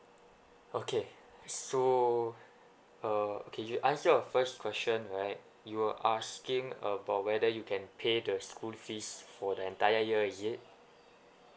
okay so uh okay to answer first question right you were asking about whether you can pay the school fees for the entire year is it